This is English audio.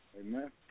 Amen